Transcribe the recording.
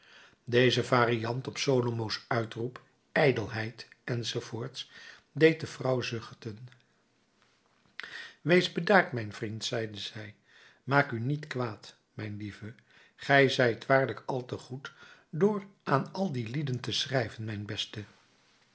deze variant op salomo's uitroep ijdelheid enz deed de vrouw zuchten wees bedaard mijn vriend zeide zij maak u niet kwaad mijn lieve ge zijt waarlijk al te goed door aan al die lieden te schrijven mijn beste